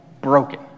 broken